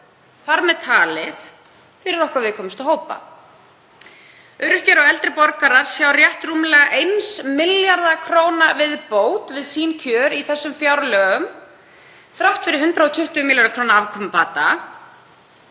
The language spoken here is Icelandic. þar með talið fyrir okkar viðkvæmustu hópa. Öryrkjar og eldri borgarar sjá rétt rúmlega 1 milljarðs kr. viðbót við sín kjör í þessum fjárlögum þrátt fyrir 120 milljarða kr. afkomubata,